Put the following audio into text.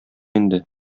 инде